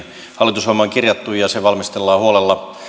hallitusohjelmaan on kirjattu ja se valmistellaan huolella